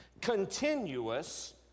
continuous